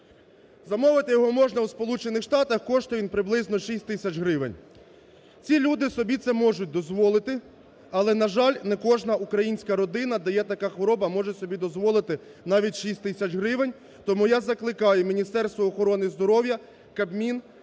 Замовити його можна у Сполучених Штатах, коштує він приблизно 6 тисяч гривень. Ці люди собі це можуть дозволити, але, на жаль, не кожна українська людина, де є така хвороба, може собі дозволити навіть 6 тисяч гривень. Тому я закликаю Міністерство охорони здоров'я, Кабмін